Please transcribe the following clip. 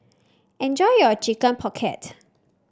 enjoy your Chicken Pocket